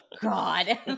God